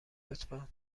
لطفا